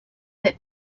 that